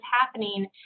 happening